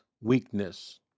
Weakness